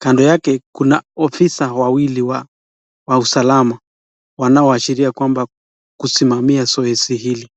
Kando yake kuna ofisa wawili wa usalama wanaoashiria ya kwamba kusimamia zoezi hili.